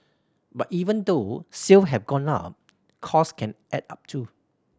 but even though sale have gone up costs can add up too